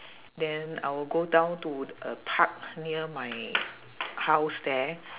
then I will go down to a park near my house there